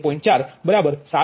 4 7